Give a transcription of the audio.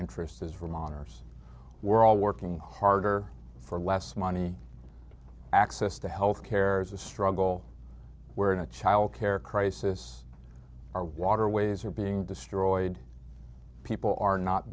interests as from honor's we're all working harder for less money access to health care as a struggle we're in a child care crisis our waterways are being destroyed people are not